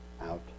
out